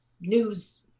news